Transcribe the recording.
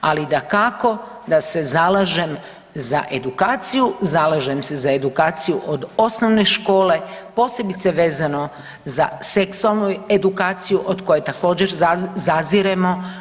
Ali, dakako da se zalažem za edukaciju, zalažem se za edukaciju od osnovne škole, posebice vezano za seksualnu edukaciju od koje također, zaziremo.